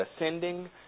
ascending